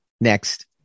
next